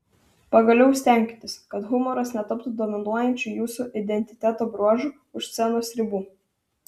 pagaliau stenkitės kad humoras netaptų dominuojančių jūsų identiteto bruožu už scenos ribų